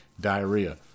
diarrhea